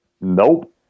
nope